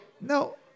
No